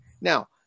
Now